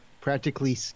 practically